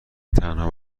تنها